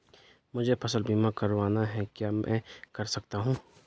मुझे फसल बीमा करवाना है क्या मैं कर सकता हूँ?